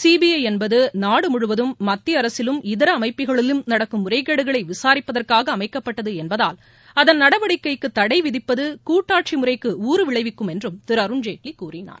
CBI என்பது நாடு முழுவதும் மத்திய அரசிலும் இதர அமைப்புகளிலும் நடக்கும் முறைகேடுகளை விசாரிப்பதற்காக அமைக்கப்பட்டது என்பதால் அதன் நடவடிக்கைக்கு தடைவிதிப்பது கூட்டாசி முறைக்கு ஊறுவிளைவிக்கும் என்றும் திரு அருண்ஜேட்லி கூறினார்